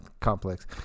complex